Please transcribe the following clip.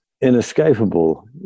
inescapable